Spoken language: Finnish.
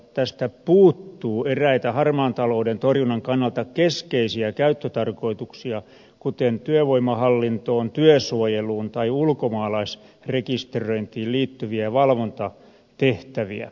luettelosta puuttuu eräitä harmaan talouden torjunnan kannalta keskeisiä käyttötarkoituksia kuten työvoimahallintoon työsuojeluun tai ulkomaalaisrekisteröintiin liittyviä valvontatehtäviä